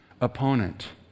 opponent